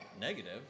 negative